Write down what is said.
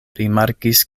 rimarkis